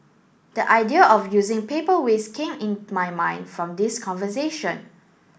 the idea of using paper waste came in my mind from this conversation